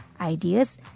ideas